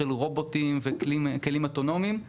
של רובוטים וכלים אוטונומיים.